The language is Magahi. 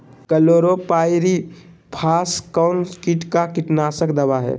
क्लोरोपाइरीफास कौन किट का कीटनाशक दवा है?